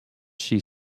she